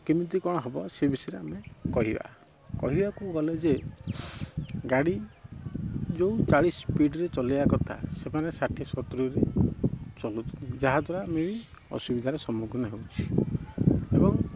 କେମିତି କ'ଣ ହବ ସେ ବିଷୟରେ ଆମେ କହିବା କହିବାକୁ ଗଲେ ଯେ ଗାଡ଼ି ଯେଉଁ ଚାଳିଶ ସ୍ପିଡ଼୍ ରେ ଚଲାଇବା କଥା ସେମାନେ ଷାଠିଏ ସତୁରିରେ ଚଲଉଛନ୍ତି ଯାହାଦ୍ୱାରା କି ଆମେ ଅସୁବିଧାର ସମ୍ମୁଖୀନ ହେଉଛି